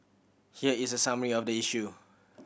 here is a summary of the issue